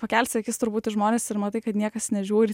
pakelsi akis turbūt į žmones ir matai kad niekas nežiūri